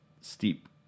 steep